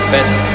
best